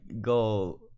go